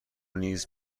نیز